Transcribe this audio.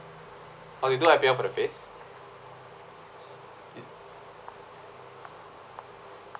oh they do I_P_L for the face